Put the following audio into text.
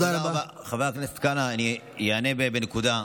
חבר הכנסת כהנא, אני אענה בנקודה: